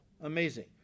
amazing